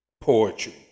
poetry